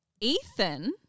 Ethan